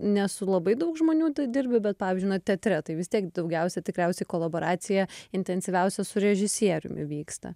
ne su labai daug žmonių tu dirbi bet pavyzdžiui na teatre tai vis tiek daugiausia tikriausiai kolaboracija intensyviausia su režisieriumi vyksta